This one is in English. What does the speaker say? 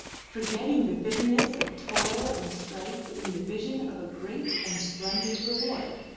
forgetting the bitterness of toil and strife in the vision of a great and splendid reward.